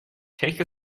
take